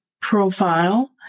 profile